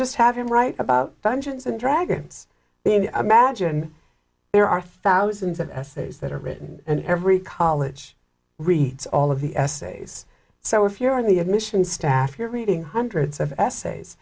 just have him write about dungeons and dragons being imagine there are thousands of essays that are written in every college reads all of the essays so if you're on the admissions staff you're reading hundreds of essays